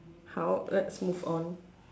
好 let's move on